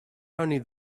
only